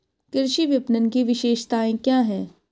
कृषि विपणन की विशेषताएं क्या हैं?